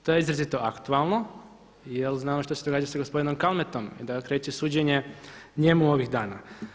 To je izrazito aktualno jer znamo šta se događa sa gospodinom Kalmetom i da kreće suđenje njemu ovih dana.